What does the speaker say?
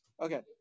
Okay